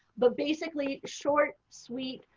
but basically, short, sweet,